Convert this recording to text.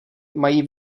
mají